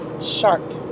sharp